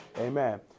Amen